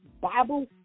Bible